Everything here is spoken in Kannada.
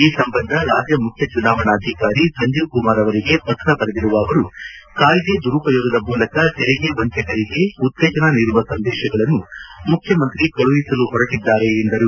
ಈ ಸಂಬಂಧ ರಾಜ್ಯ ಮುಖ್ಯ ಚುನಾವಣಾಧಿಕಾರಿ ಸಂಜೀವ್ ಕುಮಾರ್ ಅವರಿಗೆ ಪತ್ರ ಬರೆದಿರುವ ಅವರು ಕಾಯ್ದೆ ದುರುಪಯೋಗದ ಮೂಲಕ ತೆರಿಗೆ ವಂಚಕರಿಗೆ ಉತ್ತೇಜನ ನೀಡುವ ಸಂದೇಶಗಳನ್ನು ಮುಖ್ಯಮಂತ್ರಿಯವರು ಕಳುಹಿಸಲು ಹೊರಟದ್ದಾರೆ ಎಂದರು